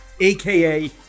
aka